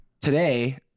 today